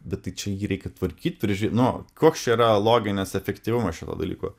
bet tai čia jį reikia tvarkyt priežiū nu koks čia yra loginis efektyvumas šito dalyko